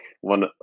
one